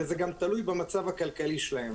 וזה גם תלוי במצב הכלכלי שלהן.